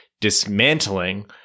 dismantling